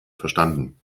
verstanden